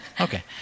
Okay